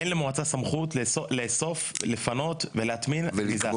אין למועצה סמכות לאסוף, לפנות ולהטמין גניזה.